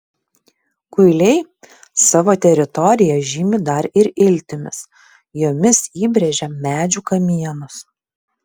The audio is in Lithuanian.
kuiliai savo teritoriją žymi dar ir iltimis jomis įbrėžia medžių kamienus